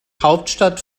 hauptstadt